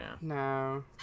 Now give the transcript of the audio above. No